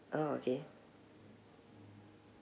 oh okay